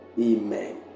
Amen